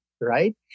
right